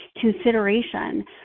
consideration